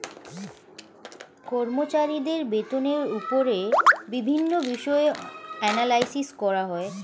কর্মচারীদের বেতনের উপর বিভিন্ন বিষয়ে অ্যানালাইসিস করা হয়